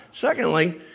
Secondly